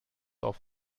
auf